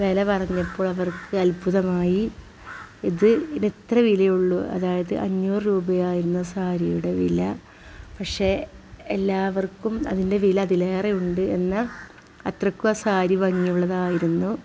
വില പറഞ്ഞപ്പോൾ അവർക്ക് അൽഭുതമായി ഇത് ഇന് ഇത്ര വിലയുള്ളൂ അതായത് അഞ്ഞൂറു രൂപയായിരുന്നു സാരിയുടെ വില പക്ഷേ എല്ലാവർക്കും അതിൻ്റെ വില അതിലേറെയുണ്ട് എന്ന അത്രയ്ക്കും ആ സാരി ഭംഗിയുള്ളതായിരുന്നു